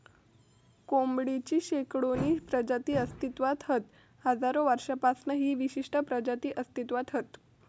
कोंबडेची शेकडोनी प्रजाती अस्तित्त्वात हत हजारो वर्षांपासना ही विशिष्ट प्रजाती अस्तित्त्वात हत